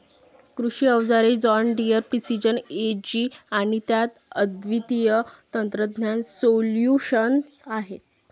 कृषी अवजारे John Deere precision ag आणि त्यात अद्वितीय तंत्रज्ञान सोल्यूशन्स आहेत